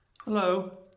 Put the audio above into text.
Hello